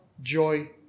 joy